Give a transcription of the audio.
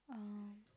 um